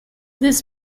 this